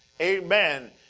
Amen